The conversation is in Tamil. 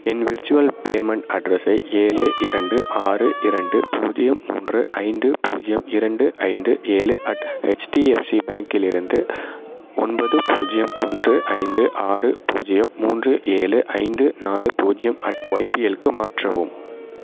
என் விர்ச்சுவல் பேமெண்ட் அட்ரஸை ஏழு இரண்டு ஆறு இரண்டு பூஜ்ஜியம் மூன்று ஐந்து பூஜ்ஜியம் இரண்டு ஐந்து ஏழு அட் ஹெச்டிஎஃப்சி பேங்க்கிலிருந்து ஒன்பது பூஜ்ஜியம் ஒன்று ஐந்து ஆறு பூஜ்ஜியம் மூன்று ஏழு ஐந்து நாலு பூஜ்ஜியம் அட் ஒய்பிஎல்க்கு மாற்றவும்